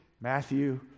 Matthew